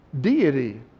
deity